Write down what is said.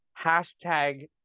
hashtag